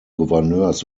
gouverneurs